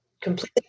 completely